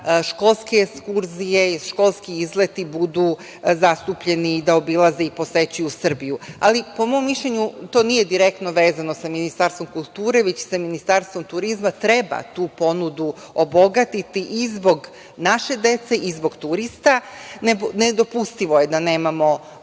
školske ekskurzije, školski izleti budu zastupljeni i da obilaze i da posećuju Srbiju. Ali po mom mišljenju to nije direktno vezano sa Ministarstvom kulture, već sa Ministarstvom turizma, treba tu ponudu obogatiti i zbog naše dece i zbog turista. Nedopustivo je da nemamo